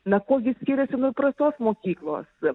na ko gi skiriasi nuo praeitos mokyklos